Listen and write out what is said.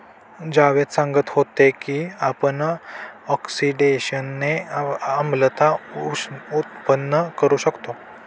जावेद सांगत होते की आपण ऑक्सिडेशनने आम्लता उत्पन्न करू शकतो